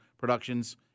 Productions